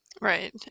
Right